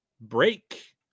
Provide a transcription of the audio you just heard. break